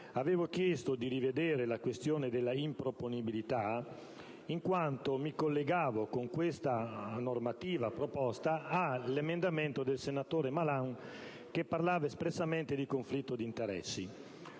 avevo chiesto di rivedere la questione della improponibilità, in quanto con questa proposta mi collego all'emendamento 2.0.251 del senatore Malan, che parlava espressamente di conflitto di interessi.